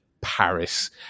Paris